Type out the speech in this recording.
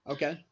Okay